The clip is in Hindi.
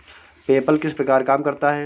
पेपल किस प्रकार काम करता है?